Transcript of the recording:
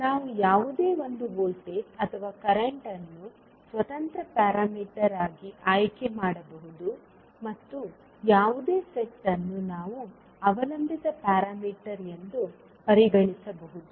ನಾವು ಯಾವುದೇ ಒಂದು ವೋಲ್ಟೇಜ್ ಅಥವಾ ಕರೆಂಟ್ ಅನ್ನು ಸ್ವತಂತ್ರ ಪ್ಯಾರಾಮೀಟರ್ ಆಗಿ ಆಯ್ಕೆ ಮಾಡಬಹುದು ಮತ್ತು ಯಾವುದೇ ಸೆಟ್ ಅನ್ನು ನಾವು ಅವಲಂಬಿತ ಪ್ಯಾರಾಮೀಟರ್ ಎಂದು ಪರಿಗಣಿಸಬಹುದು